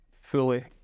fully